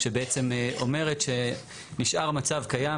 שבעצם אומרת שנשאר מצב קיים.